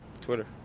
Twitter